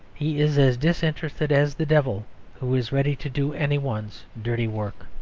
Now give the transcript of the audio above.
he is as disinterested as the devil who is ready to do any one's dirty work.